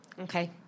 Okay